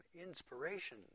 inspiration